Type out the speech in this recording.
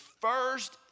first